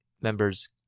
members